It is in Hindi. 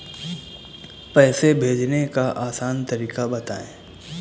पैसे भेजने का आसान तरीका बताए?